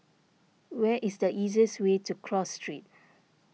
where is the easiest way to Cross Street